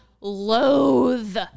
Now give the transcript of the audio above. loathe